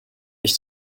ich